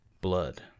blood